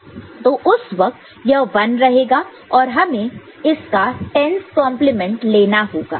तो उस वक्त यह 1 रहेगा और हमें इसका 10's कंप्लीमेंट 10's complement लेना होगा